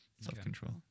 self-control